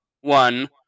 one